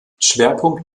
schwerpunkt